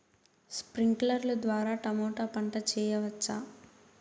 స్ప్రింక్లర్లు ద్వారా టమోటా పంట చేయవచ్చా?